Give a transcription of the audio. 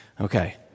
Okay